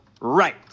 Right